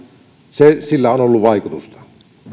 sillä on ollut vaikutusta